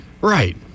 Right